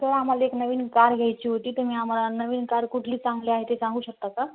sir आम्हाला एक नवीन कार घ्यायची होती तुम्ही आम्हाला नवीन कार कुठली चांगली आहे ते सांगू शकता का